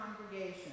congregation